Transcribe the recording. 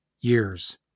years